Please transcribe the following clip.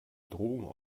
drohung